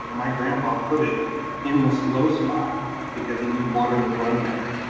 my grandpa put it in this low spot because he knew water would run there,